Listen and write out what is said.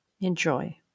Enjoy